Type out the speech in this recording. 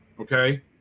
okay